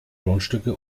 grundstücke